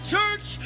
Church